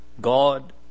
God